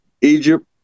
Egypt